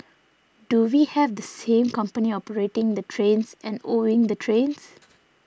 do we have the same company operating the trains and owning the trains